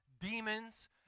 demons